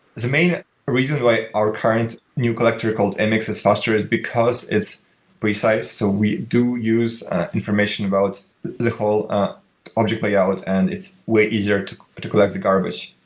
the main reason why our current new collector called and mx is faster is because it's precise. so we do use information about the whole object layout and it's way easier to to collect the garbage.